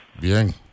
Bien